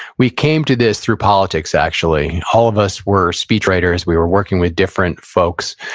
we came to this through politics, actually. all of us were speech writers, we were working with different folks.